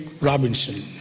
Robinson